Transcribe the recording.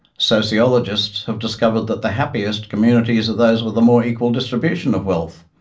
sociologists have discovered that the happiest communities are those with a more equal distribution of wealth.